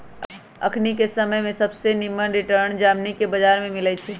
अखनिके समय में सबसे निम्मन रिटर्न जामिनके बजार में मिलइ छै